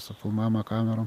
su filmavimo kamerom